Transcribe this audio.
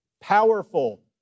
powerful